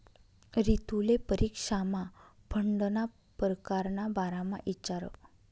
रितुले परीक्षामा फंडना परकार ना बारामा इचारं